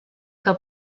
que